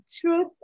truth